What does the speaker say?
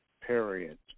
period